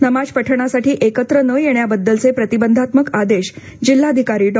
नमाज पठणासाठी एकत्र न येण्याबद्दलचे प्रतिबंधात्मक आदेश जिल्हाधिकारी डॉ